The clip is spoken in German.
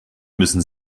müssen